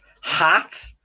Hat